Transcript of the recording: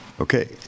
Okay